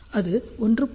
அது 1